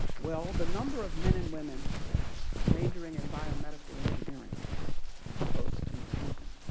well, the number of men and women majoring in biomedical engineering is close to even.